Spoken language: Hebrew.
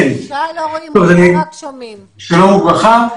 שלום וברכה.